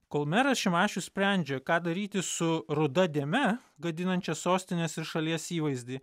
kol meras šimašius sprendžia ką daryti su ruda dėme gadinančia sostinės ir šalies įvaizdį